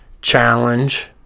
challenge